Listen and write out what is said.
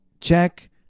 check